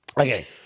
Okay